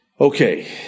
Okay